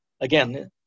again